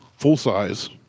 Full-size